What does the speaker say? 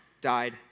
died